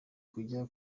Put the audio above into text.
kuja